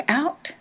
out